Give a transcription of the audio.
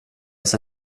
oss